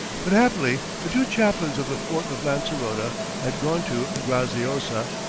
but happily the two chaplains of the fort of lancerota had gone to graziosa,